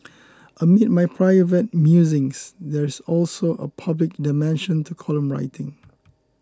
amid my private musings there is also a public dimension to column writing